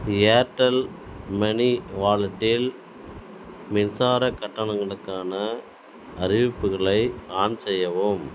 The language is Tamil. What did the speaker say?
ஏர்டெல் மணி வாலெட்டில் மின்சார கட்டணங்களுக்கான அறிவிப்புகளை ஆன் செய்யவும்